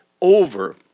over